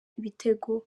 ibitego